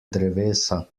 drevesa